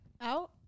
Out